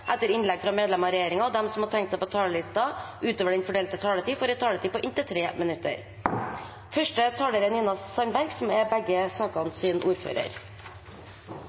etter innlegg fra medlemmer av regjeringen, og de som måtte tegne seg på talerlisten utover den fordelte taletid, får en taletid på inntil 3 minutter. Første taler er Dag Terje Andersen, som er ordfører